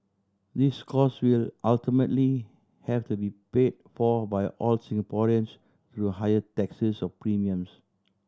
these cost will ultimately have to be paid for by all Singaporeans through higher taxes or premiums